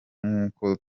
nk’uko